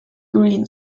green